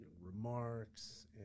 remarks